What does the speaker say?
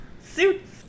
Suits